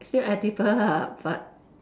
still edible lah but